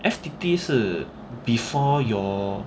F_T_T 是 before your